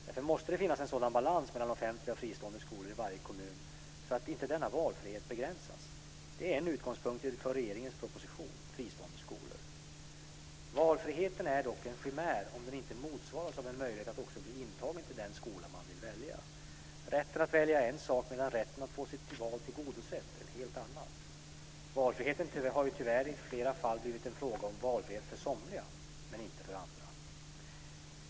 Därför måste det finnas en sådan balans mellan offentliga och fristående skolor i varje kommun så att inte denna valfrihet begränsas. Detta är en utgångspunkt för regeringens proposition Valfriheten är dock en chimär, om den inte motsvaras av en möjlighet att också bli intagen till den skola man vill välja. Rätten att välja är en sak, medan rätten att få sitt val tillgodosett en helt annan. Valfriheten har tyvärr i flera fall blivit en fråga om valfrihet för somliga men inte för andra.